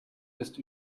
ist